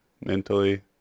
mentally